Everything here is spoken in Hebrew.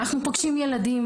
אנחנו פוגשים ילדים,